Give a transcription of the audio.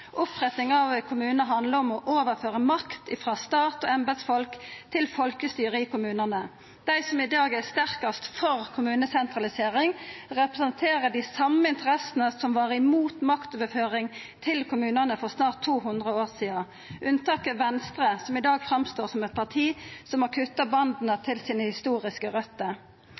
Opprettinga av kommunar handla om å overføra makt frå stat og embetsfolk til folkestyre i kommunane. Dei som i dag er sterkast for kommunesentralisering, representerer dei same interessene som var imot maktoverføring til kommunane for snart 200 år sidan. Unntaket er Venstre, som i dag framstår som eit parti som har kutta banda til sine historiske